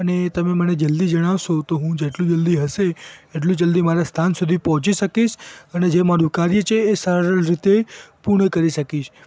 અને એ તમે મને જલ્દી જણાવશો તો હું જેટલું જલ્દી હશે એટલું જલ્દી મારે સ્થાન સુધી પહોંચી શકીશ અને જે મારું કાર્ય છે એ સારી રીતે પૂર્ણ કરી શકીશ